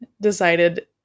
decided